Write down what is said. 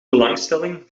belangstelling